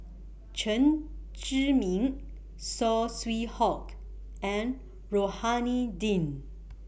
Chen Zhi Ming Saw Swee Hock and Rohani Din